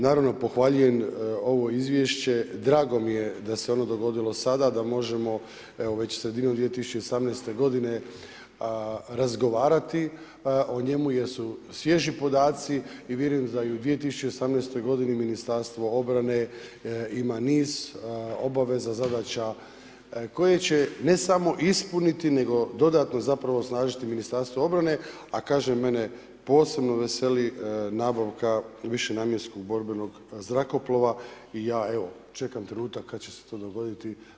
Naravno, pohvaljujem ovo izvješće, drago mi je da se ono dogodilo sada da možemo evo već sredinom 2018. godine razgovarati o njemu jer su svježi podaci i vjerujem da i u 2018. godini Ministarstvo obrane ima niz obaveza, zadaća koje će, ne samo ispuniti, nego dodatno zapravo osnažiti Ministarstvo obrane, a kažem mene posebno veseli nabavka višenamjenskog borbenog zrakoplova i ja čekam trenutak kad će se to dogoditi.